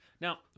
Now